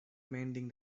mending